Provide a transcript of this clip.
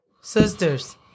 sisters